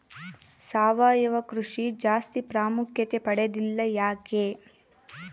ಸಾವಯವ ಕೃಷಿ ಜಾಸ್ತಿ ಪ್ರಾಮುಖ್ಯತೆ ಪಡೆದಿಲ್ಲ ಯಾಕೆ?